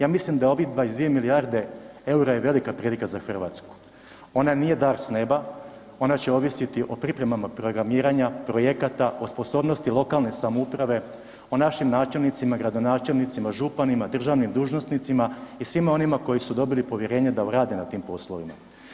Ja mislim da ovih 22 milijarde eura je velika prilika za Hrvatsku, ona nije dar s neba, ona će ovisiti o pripremama programiranja projekata, o sposobnosti lokalne samouprave, o našim načelnicima, gradonačelnicima, županima, državnim dužnosnicima i svima onima koji su dobili povjerenje da rade na tim poslovima.